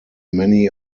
many